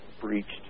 breached